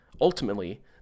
Ultimately